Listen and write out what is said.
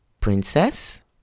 Princess